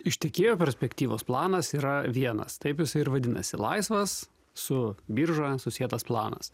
iš tiekėjo perspektyvos planas yra vienas tai jis ir visai ir vadinasi laisvas su biržoje susietas planas